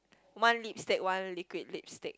one lipstick one liquid lipstick